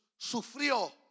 sufrió